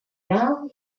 now